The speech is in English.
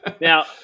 Now